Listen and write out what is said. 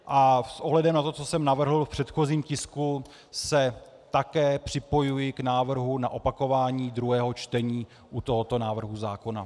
A s ohledem na to, co jsem navrhl v předchozím tisku, se také připojuji k návrhu na opakování druhého čtení u tohoto návrhu zákona.